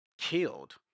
killed